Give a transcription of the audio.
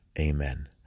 Amen